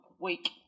week